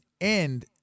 end